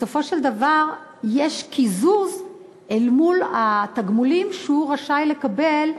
בסופו של דבר יש קיזוז אל מול התגמולים שהוא רשאי לקבל כאזרח,